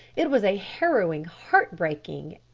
it was a harrowing, heart-breaking,